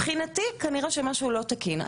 מבחינתי, כנראה, משהו לא תקין.